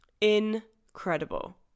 incredible